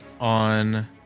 on